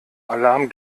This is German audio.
alarm